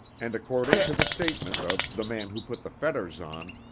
and, according to the statement of the man who put the fetters on,